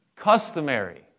Customary